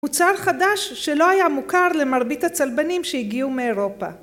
‫מוצר חדש שלא היה מוכר ‫למרבית הצלבנים שהגיעו מאירופה.